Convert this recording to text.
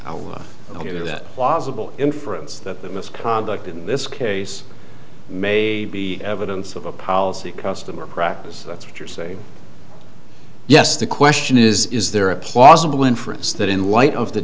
inference that the misconduct in this case may be evidence of a policy customer practice that's what you're saying yes the question is is there a plausible inference that in light of the